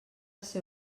ser